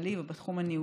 הכלכלי או בתחום הניהולי,